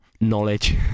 Knowledge